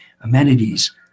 amenities